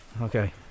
Okay